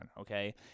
okay